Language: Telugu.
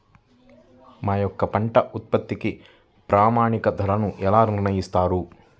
మా యొక్క పంట ఉత్పత్తికి ప్రామాణిక ధరలను ఎలా నిర్ణయిస్తారు?